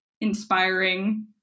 inspiring